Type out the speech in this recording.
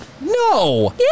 No